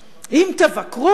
אם תבקרו,